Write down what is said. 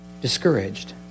discouraged